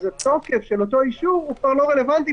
התוקף של אותו אישור כבר לא רלוונטי,